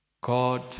God